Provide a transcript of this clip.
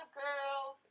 girls